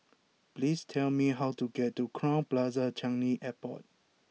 please tell me how to get to Crowne Plaza Changi Airport